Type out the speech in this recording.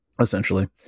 essentially